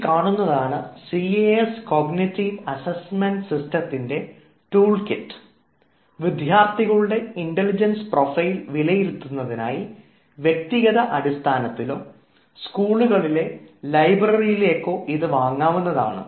ഈ കാണുന്നതാണ് C A S cognitive assessment സിസ്റ്റമിൻറെ ടൂൾ കിറ്റ് വിദ്യാർഥികളുടെ ഇൻറലിജൻസ് പ്രൊഫൈൽ വിലയിരുത്തുന്നതിനായി വ്യക്തിഗത അടിസ്ഥാനത്തിലൊ സ്കൂളുകളിലെ ലൈബ്രറിയിലെക്കായൊ ഇത് വാങ്ങാവുന്നതാണ്